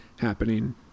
happening